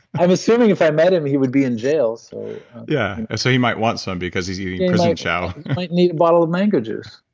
i'm assuming if i met him he would be in jail so yeah so he might want some because he's eating prison chow he might need a bottle of mango juice